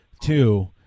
two